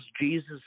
Jesus